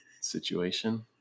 situation